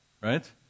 Right